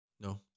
No